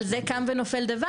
על זה קם ונופל דבר.